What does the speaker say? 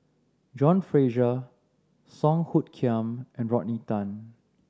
John Fraser Song Hoot Kiam and Rodney Tan